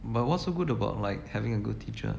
but what's so good about like having a good teacher